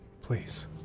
please